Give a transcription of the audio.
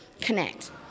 connect